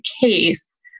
case